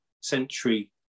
Century